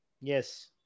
Yes